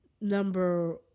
number